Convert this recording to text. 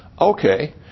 Okay